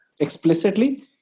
explicitly